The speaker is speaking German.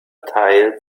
teil